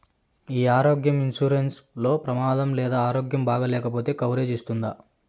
ఈ ఆరోగ్య ఇన్సూరెన్సు లో ప్రమాదం లేదా ఆరోగ్యం బాగాలేకపొతే కవరేజ్ ఇస్తుందా?